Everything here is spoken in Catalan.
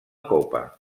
copa